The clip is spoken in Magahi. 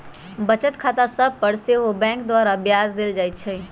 बचत खता सभ पर सेहो बैंक द्वारा ब्याज देल जाइ छइ